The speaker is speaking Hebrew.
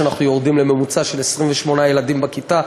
שאנחנו יורדים לממוצע של 28 ילדים בכיתה?